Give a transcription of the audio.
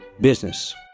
business